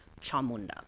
Chamunda